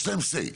יש להם סיי.